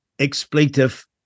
expletive